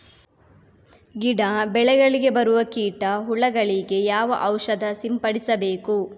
ಗಿಡ, ಬೆಳೆಗಳಿಗೆ ಬರುವ ಕೀಟ, ಹುಳಗಳಿಗೆ ಯಾವ ಔಷಧ ಸಿಂಪಡಿಸಬೇಕು?